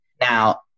Now